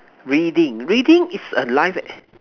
reading reading is a life e~